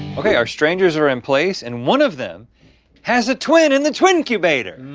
okay our strangers are in place and one of them has a twin in the twin cubator.